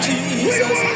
Jesus